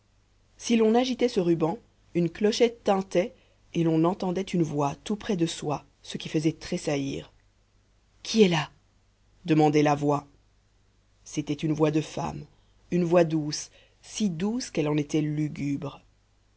si l'on agitait ce ruban une clochette tintait et l'on entendait une voix tout près de soi ce qui faisait tressaillir qui est là demandait la voix c'était une voix de femme une voix douce si douce qu'elle en était lugubre